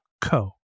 co